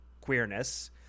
queerness